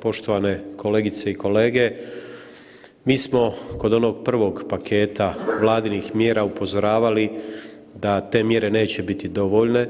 Poštovane kolegice i kolege, mi smo kod onog prvog paketa Vladinih mjera upozoravali da te mjere neće biti dovoljne,